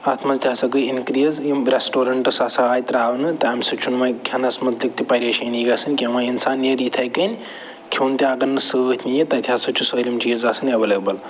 اَتھ منٛز تہِ ہسا گٔے اِنٛکرٛیٖز یِم رٮ۪سٹَورَنٛٹٕس ہسا آیہِ ترٛاونہٕ تَمہِ سۭتۍ چھُنہٕ وۄنۍ کھٮ۪نَس متعلِق تہِ پریشٲنی گژھان کیٚنہہ وۄنۍ اِنسان نیرِ یِتھَے کٔنۍ کھیوٚن تہِ اگر نہٕ سۭتۍ نِیہِ تَتہِ ہسا چھُ سٲلِم چیٖز آسان اٮ۪ویلیبُل